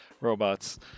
robots